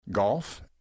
Golf